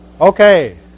Okay